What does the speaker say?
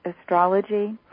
astrology